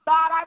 God